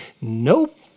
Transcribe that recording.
Nope